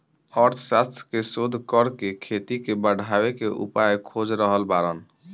अर्थशास्त्र के शोध करके खेती के बढ़ावे के उपाय खोज रहल बाड़न